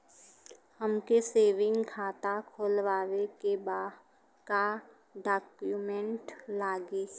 हमके सेविंग खाता खोलवावे के बा का डॉक्यूमेंट लागी?